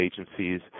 agencies